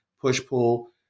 push-pull